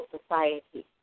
Society